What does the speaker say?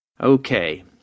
Okay